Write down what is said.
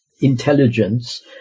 intelligence